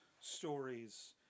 stories